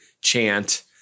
chant